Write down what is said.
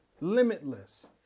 limitless